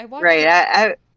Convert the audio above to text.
Right